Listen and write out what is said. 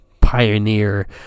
Pioneer